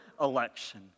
election